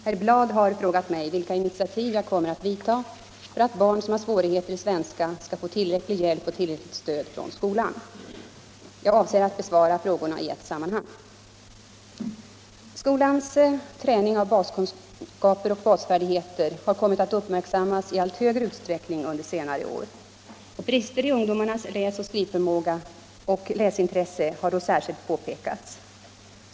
Herr Bladh har frågat mig vilka initiativ jag kommer att vidta för att barn som har svårigheter i svenska skall få tillräcklig hjälp och tillräckligt stöd från skolan. Jag avser att besvara frågorna i ett sammanhang. Skolans träning av baskunskaper och basfärdigheter har kommit att uppmärksammas i allt högre utsträckning under senare år. Brister i ungdomarnas läsoch skrivförmåga och läsintresse har då särskilt påpekats.